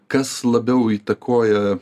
kas labiau įtakoja